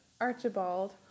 Archibald